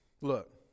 Look